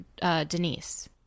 Denise